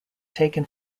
taken